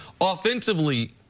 offensively